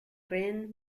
rien